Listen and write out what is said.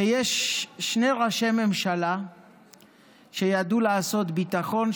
יש שני ראשי ממשלה שידעו לעשות ביטחון,